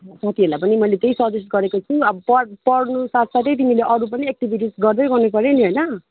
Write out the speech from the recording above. साथीहरूलाई पनि मैले त्यही सजेस्ट गरेको छु अब पढ पढ्नु साथसाथै तिमीले अरू पनि एक्टिभिटिज गर्दै गर्नुपऱ्यो नि होइन